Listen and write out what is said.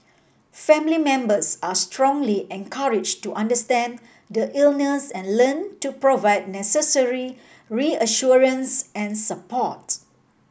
family members are strongly encourage to understand the illness and learn to provide necessary reassurance and support